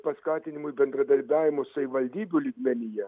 paskatinimui bendradarbiavimo savivaldybių lygmenyje